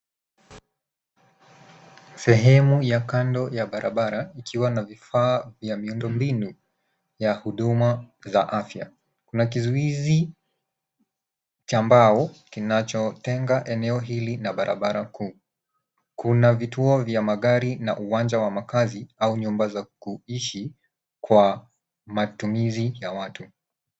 Sehemu ya kando ya barabara ikiwa na vifaa vya miundombinu ya huduma za afya. Kunna kizuizi cha mbao kinachotenga eneo hili na barabara kuu. Kuna vituo vya magari na uwanja wa makazi au nyumba za kuishi kwa matumizi ya watu.